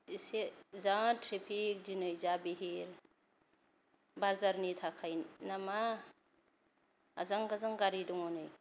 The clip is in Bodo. एसे जा ट्रेफिक दिनै जा बिहिर बाजारनि थाखाय ना मा आजां गाजां गारि दङ नै